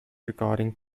regarding